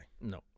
No